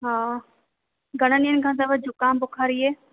हा घणनि ॾींहनि खां अथव जुकामु बुख़ारु इहे